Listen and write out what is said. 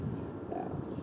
ya